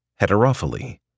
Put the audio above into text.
heterophily